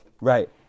Right